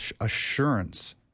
assurance